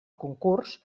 concurs